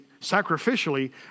sacrificially